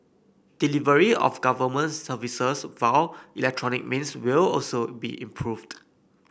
delivery of government services via electronic means will also be improved